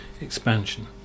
expansion